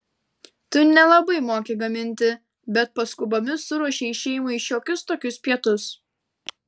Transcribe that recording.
tu nelabai moki gaminti bet paskubomis suruošei šeimai šiokius tokius pietus